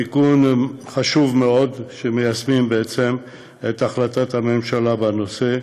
תיקון חשוב מאוד שמיישם בעצם את החלטת הממשלה בנושא,